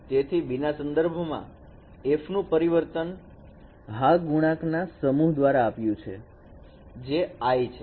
તેથી B ના સંદર્ભ માં f નું પરિવર્તન હા ગુણાંક ના સમુહ દ્વારા આપ્યું છે જે i છે